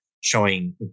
showing